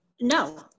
No